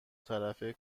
طرفه